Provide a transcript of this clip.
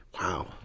wow